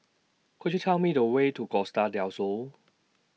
Could YOU Tell Me The Way to Costa Del Sol